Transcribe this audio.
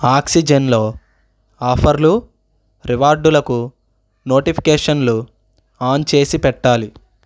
ఆక్సిజెన్లో ఆఫర్లు రివార్డులకు నోటిఫికేషన్లు ఆన్ చేసి పెట్టాలి